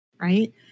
Right